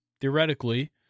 Theoretically